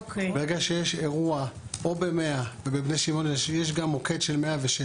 ברגע שיש אירוע, ובבני שמעון יש גם מוקד של 106,